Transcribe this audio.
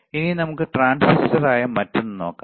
ഇനി നമുക്ക് ട്രാൻസിസ്റ്റർ ആയ മറ്റൊന്ന് നോക്കാം